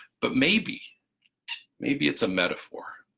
but maybe maybe it's a metaphor,